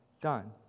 done